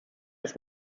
des